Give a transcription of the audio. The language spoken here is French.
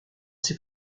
ces